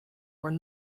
were